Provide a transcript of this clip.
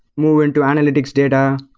move into analytics data,